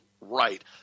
right